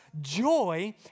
joy